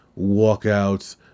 walkouts